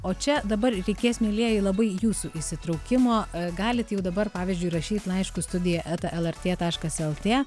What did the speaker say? o čia dabar reikės mielieji labai jūsų įsitraukimo galit jau dabar pavyzdžiui rašyt laiškus studija eta lrt taškas lt